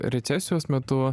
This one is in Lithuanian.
recesijos metu